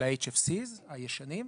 של ה-HVFs, הישנים.